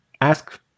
Ask